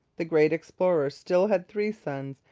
the great explorer still had three sons,